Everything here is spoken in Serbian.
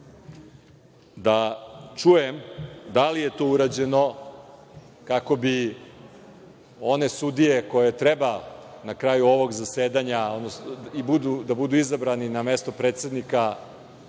da čujem da li je to urađeno kako bi one sudije koje treba na kraju ovog zasedanja da budu izabrane na mesta predsednika